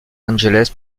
angeles